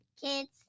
Kids